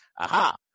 Aha